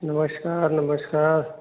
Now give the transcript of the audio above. नमस्कार नमस्कार